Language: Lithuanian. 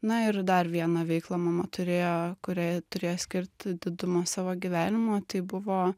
na ir dar vieną veiklą mama turėjo kuriai turėjo skirti didumą savo gyvenimo tai buvo